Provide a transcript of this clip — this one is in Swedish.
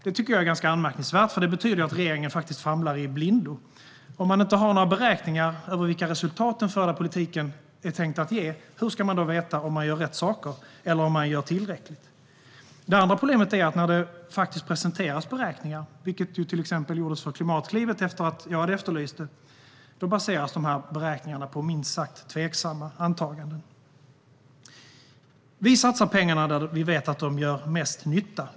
Det tycker jag är ganska anmärkningsvärt, för det betyder att regeringen faktiskt famlar i blindo. Om man inte har några beräkningar över vilka resultat den förda politiken är tänkt att ge, hur ska man då veta om man gör rätt saker och om man gör tillräckligt? Det andra problemet är att när det faktiskt presenteras beräkningar, vilket till exempel gjordes för Klimatklivet efter att jag hade efterlyst det, baseras beräkningarna på minst sagt tveksamma antaganden. Vi satsar pengarna där vi vet att de gör mest nytta.